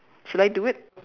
should I do it